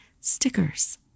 stickers